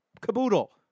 caboodle